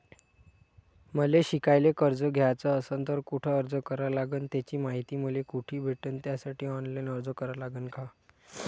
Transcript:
मले शिकायले कर्ज घ्याच असन तर कुठ अर्ज करा लागन त्याची मायती मले कुठी भेटन त्यासाठी ऑनलाईन अर्ज करा लागन का?